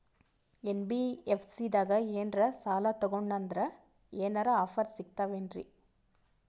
NBFC ದಾಗ ಏನ್ರ ಸಾಲ ತೊಗೊಂಡ್ನಂದರ ಏನರ ಆಫರ್ ಸಿಗ್ತಾವೇನ್ರಿ?